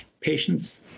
patients